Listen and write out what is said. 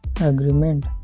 agreement